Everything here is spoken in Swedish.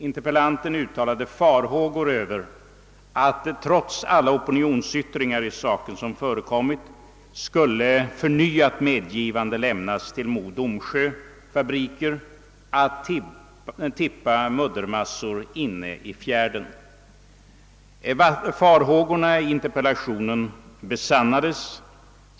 Interpellanten uttalade farhågor för att, trots alla de opinionsyttringar i saken som har före Farhågorna i interpellationen besannades.